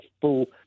full